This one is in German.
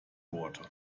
worte